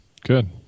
Good